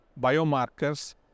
biomarkers